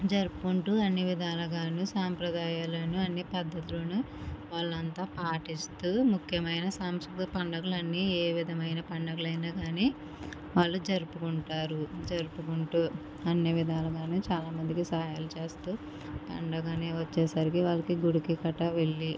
జరుపుకుంటూ అన్నీ విధాలుగా సంప్రదాయాలను అన్నీ పద్దతులను వాళ్ళంతా పాటిస్తూ ముఖ్యమైన సాంస్కృతిక పండగలన్నీ ఏ విధమైన పండగలు అయినా కానీ వాళ్ళు జరుపుకుంటారు జరుపుకుంటూ అన్ని విధాలుగానూ చాలా మందికి సహాయాలు చేస్తూ పండగని వచ్చేసరికి వాళ్ళకి గుడికి గట్రా వెళ్ళి